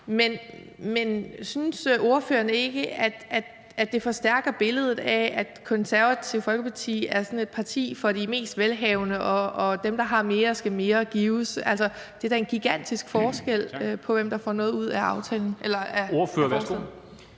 men synes ordføreren ikke, at det forstærker billedet af, at Det Konservative Folkeparti er sådan et parti for de mest velhavende, og at dem, der har mere, skal mere gives? Der er da en gigantisk forskel på, hvem der får noget ud af forslaget. Kl. 14:41 Formanden